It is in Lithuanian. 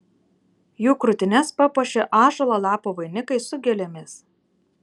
jų krūtines papuošė ąžuolo lapų vainikai su gėlėmis